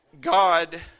God